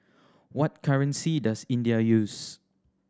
what currency does India use